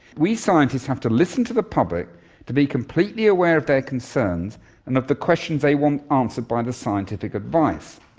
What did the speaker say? we scientists have to listen to the public to be completely aware of their concerns and of the questions they want answered by the scientific advice.